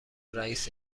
رئیس